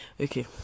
Okay